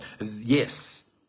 Yes